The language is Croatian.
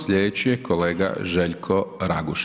Sljedeći je kolega Željko Raguž.